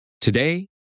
Today